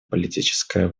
политическая